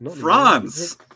france